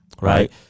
Right